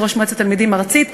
יושבת-ראש מועצת התלמידים הארצית.